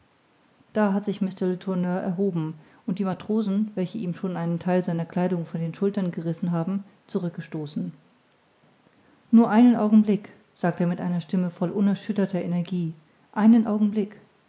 da hat sich mr letourneur erhoben und die matrosen welche ihm schon einen theil seiner kleidung von den schultern gerissen haben zurückgestoßen nur einen augenblick sagt er mit einer stimme voll unerschütterter energie einen augenblick